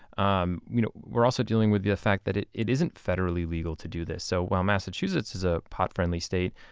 um you know we're also dealing with the fact that it it isn't federally legal to do this. so while massachusetts is a pot-friendly state,